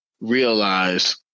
realize